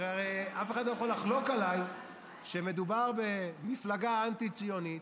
הרי אף אחד לא יכול לחלוק עליי שמדובר במפלגה אנטי-ציונית